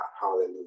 hallelujah